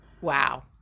Wow